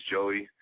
Joey